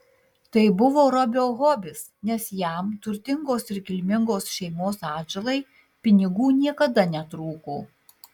tai buvo robio hobis nes jam turtingos ir kilmingos šeimos atžalai pinigų niekada netrūko